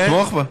תתמוך בה.